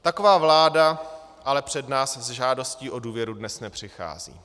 Taková vláda ale před nás s žádostí o důvěru dnes nepřichází.